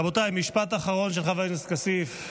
רבותיי, משפט אחרון של חבר הכנסת כסיף.